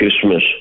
Christmas